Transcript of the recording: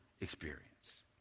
experience